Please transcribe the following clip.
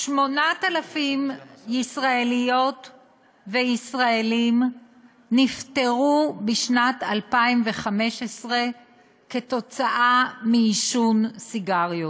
8,000 ישראליות וישראלים נפטרו בשנת 2015 כתוצאה מעישון סיגריות,